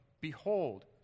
Behold